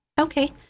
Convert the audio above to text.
Okay